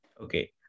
Okay